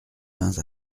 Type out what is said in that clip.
vingts